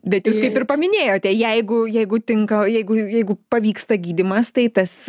bet jūs kaip ir paminėjote jeigu jeigu tinka jeigu jeigu pavyksta gydymas tai tas